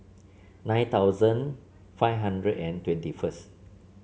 nine thousand five hundred and twenty first